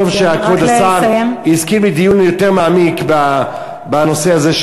טוב שכבוד השר הסכים לדיון יותר מעמיק בנושא הזה,